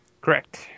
Correct